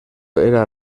era